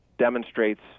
demonstrates